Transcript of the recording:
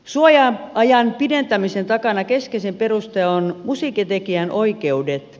suoja ajan pidentämisen takana keskeisin peruste on musiikintekijän oikeudet